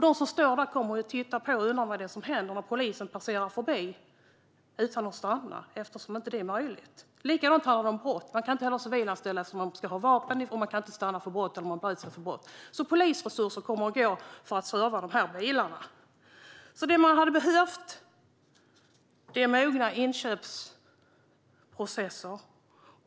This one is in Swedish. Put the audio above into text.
De som står där kommer att titta och undra vad det är som händer när polisen passerar förbi utan att stanna på grund av att det inte är möjligt. Likadant är det med brott. Man kan inte ha civilanställda som har vapen, och de kan inte stanna för brott. Polisresurser kommer därför att gå till att serva bilar. Man hade behövt mogna inköpsprocesser.